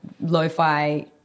lo-fi